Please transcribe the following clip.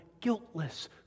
guiltless